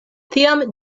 tiam